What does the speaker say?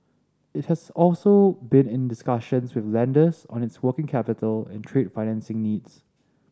it has also been in discussions with lenders on its working capital and trade financing needs